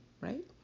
right